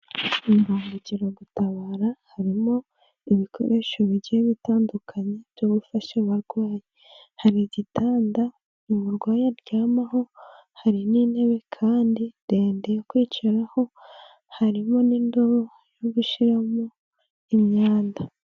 Imbangukiragutabara harimo ibikoresho bigiye bitandukanye byo gufasha abarwayi, hari igitanda umurwayi aryamaho, hari n'intebe kandi ndende yo kwicaraho, hari n'indi indobo yo gushiramo imyanda.